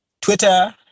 Twitter